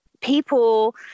people